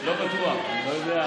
לא בטוח, אני לא יודע.